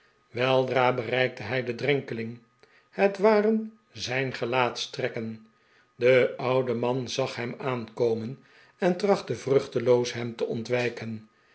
weldra bereikte hij den drenkeling het waren zijn gelaatstrekken de oude man zag hem aankomen en trachtte vruchteloos hem te ontwijken